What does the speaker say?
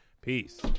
Peace